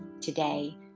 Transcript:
today